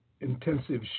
intensive